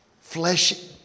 Flesh